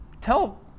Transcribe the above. Tell